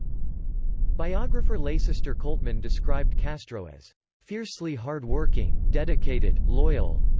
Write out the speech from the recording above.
biographer leycester coltman described castro as fiercely hard-working, dedicated, loyal.